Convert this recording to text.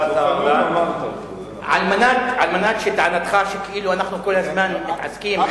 על מנת שטענתך שכאילו אנחנו כל הזמן מתעסקים עם,